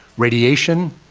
radiation,